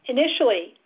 Initially